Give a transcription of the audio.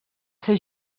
ser